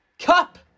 Cup